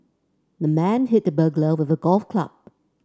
the man hit the burglar with a golf club